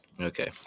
Okay